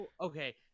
Okay